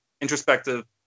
introspective